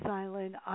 Silent